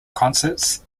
concerts